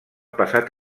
passat